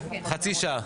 חצי שעה.